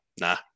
nah